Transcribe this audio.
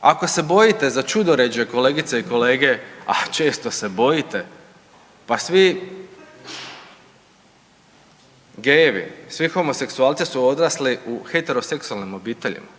Ako se bojite za ćudoređe kolegice i kolege, a često se bojite pa svi gayevi, svi homoseksualci su odrasli u heteroseksualnim obiteljima,